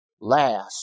last